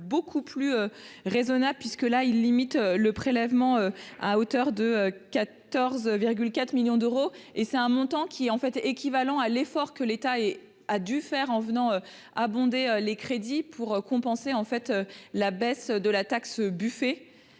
beaucoup plus raisonnable, puisque là il limite le prélèvement à hauteur de 14 4 millions d'euros, et c'est un montant qui en fait équivalents à l'effort que l'État et a dû faire en venant abonder les crédits pour compenser, en fait, la baisse de la taxe Buffet